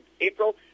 April